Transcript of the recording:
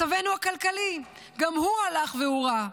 מצבנו הכלכלי גם הוא הלך והורע.